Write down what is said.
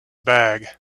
bag